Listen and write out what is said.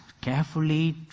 carefully